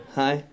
hi